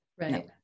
right